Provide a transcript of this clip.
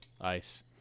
ice